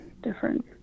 Different